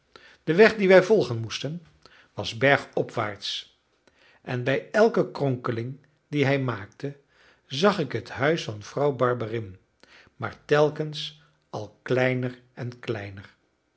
de weg dien wij volgen moesten was bergopwaarts en bij elke kronkeling die hij maakte zag ik het huis van vrouw barberin maar telkens al kleiner en kleiner